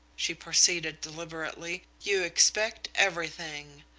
she proceeded deliberately you expect everything.